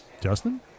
Justin